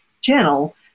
channel